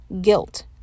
guilt